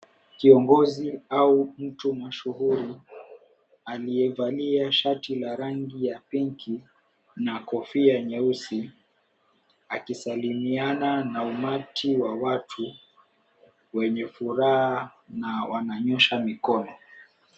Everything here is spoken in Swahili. Kiongozi au mtu mashuhuri aliyevalia shati la rangi ya pinki na kofia nyeusi akisalimiana na umati wa watu wenye furaha na wananyosha mikono.